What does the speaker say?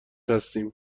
هستیم